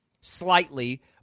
slightly